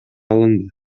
алынды